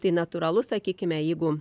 tai natūralu sakykime jeigu